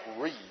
read